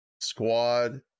Squad